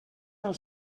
del